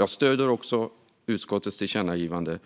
Jag stöder också utskottets tillkännagivande